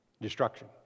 destruction